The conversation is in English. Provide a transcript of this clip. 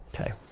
Okay